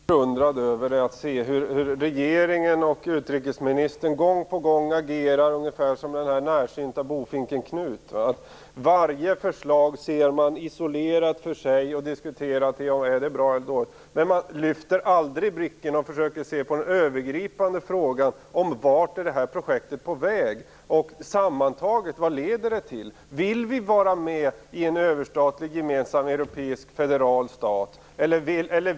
Herr talman! Jag blir allra mest förundrad över är att se hur regeringen och utrikesministern agerar gång på gång ungefär som den närsynta bofinken Knut. Varje förslag ses isolerat för sig - är det bra eller dåligt? Men man lyfter aldrig blicken och försöker se de övergripande frågorna: Vart är projektet på väg? Vad leder det sammantaget till? Vill vi vara med i en överstatlig, gemensam europeisk federal stat?